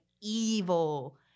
evil